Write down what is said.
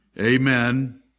Amen